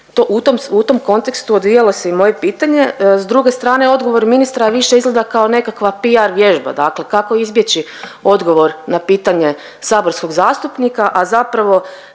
U tom kontekstu odvijalo se i moje pitanje. S druge strane, odgovor ministra više izgleda kao nekakva PR vježba, dakle kako izbjeći odgovor na pitanje saborskog zastupnika, a zapravo